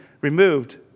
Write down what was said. Removed